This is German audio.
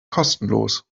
kostenlos